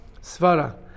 Svara